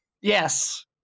Yes